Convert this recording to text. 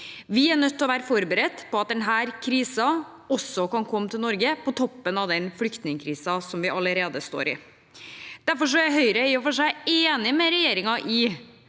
Vi er nødt til å være forberedt på at denne krisen også kan komme til Norge, på toppen av den flyktningkrisen som vi allerede står i. Derfor er Høyre i og for seg enig med regjeringen i